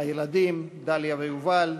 הילדים דליה ויובל,